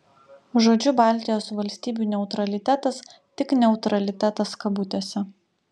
žodžiu baltijos valstybių neutralitetas tik neutralitetas kabutėse